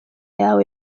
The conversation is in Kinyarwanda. yawe